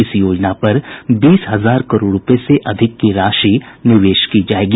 इस योजना पर बीस हजार करोड़ रुपये से अधिक की राशि निवेश की जायेगी